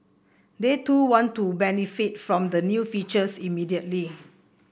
they too want to benefit from the new features immediately